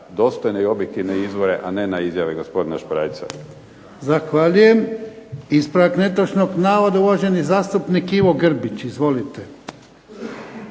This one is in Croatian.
dostojne i objektivne izvore, a ne na izjave gospodina Šprajca.